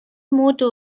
motto